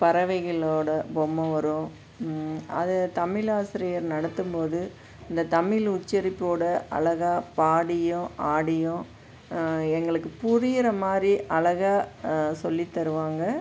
பறவைகளோடய பொம்மை வரும் அதை தமிழ் ஆசிரியர் நடத்தும் போது இந்த தமிழ் உச்சரிப்போடு அழகா பாடியும் ஆடியும் எங்களுக்கு புரியுற மாதிரி அழகாக சொல்லித் தருவாங்க